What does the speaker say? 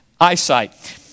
eyesight